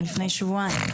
מלפני שבועיים.